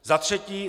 Za třetí.